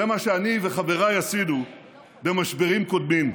זה מה שאני וחבריי עשינו במשברים קודמים.